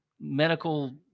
medical